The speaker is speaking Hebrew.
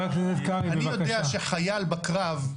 אני יודע שחייל בקרב,